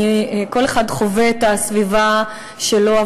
כל אחד חווה את הסביבה שלו,